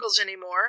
anymore